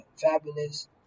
fabulous